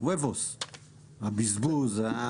"וובוס", הבזבוז.